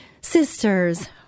sisters